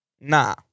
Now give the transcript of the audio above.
nah